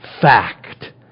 fact